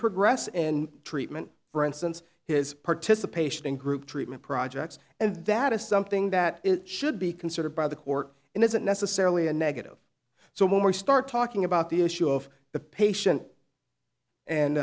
progress in treatment for instance his participation in group treatment projects and that is something that should be considered by the court and isn't necessarily a negative so when we start talking about the issue of the patient